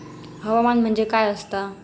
हवामान म्हणजे काय असता?